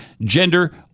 gender